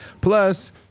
plus